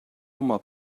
home